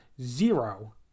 Zero